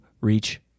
reach